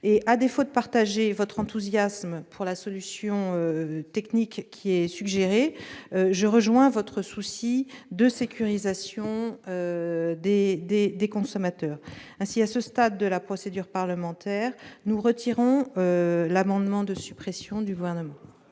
À défaut de partager votre enthousiasme pour la solution technique suggérée, je rejoins votre souci de sécurisation des consommateurs. Aussi, à ce stade de la procédure parlementaire, le Gouvernement retire son amendement de suppression. Très bien